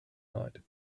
night